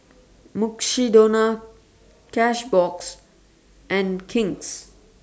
Mukshidonna Cashbox and King's